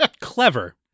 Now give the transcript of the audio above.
clever